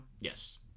Yes